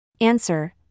Answer